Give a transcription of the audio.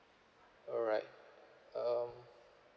alright um